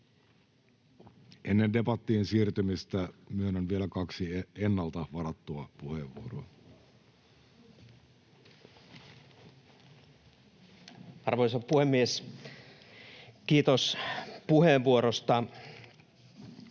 Ennen debattiin siirtymistä myönnän vielä kaksi ennalta varattua puheenvuoroa. [Speech 21] Speaker: